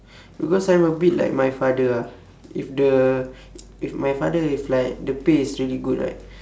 because I'm a bit like my father ah if the if my father is like the pay is really good right